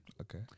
Okay